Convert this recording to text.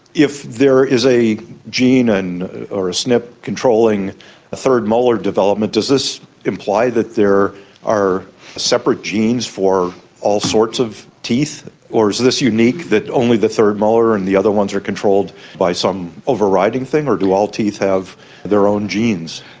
if there is a gene and or a snp controlling a third molar development, does this imply that there are separate genes for all sorts of teeth, or is this unique, that the third molar and the other ones are controlled by some overriding thing, or do all teeth have their own genes?